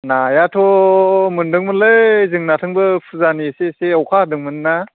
नायाथ' मोन्दोंमोनलै जोंनिथिंबो फुजानि एसे एसे अखा हादोंमोन ना